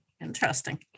interesting